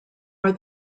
are